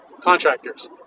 contractors